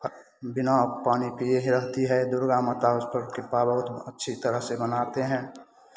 बिना पानी पिये ही रहती है दुर्गा माता उस पर कृपा बहुत अच्छी तरह से बनाते हैं